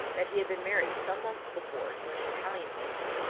that he had been married some months before to an italian lady,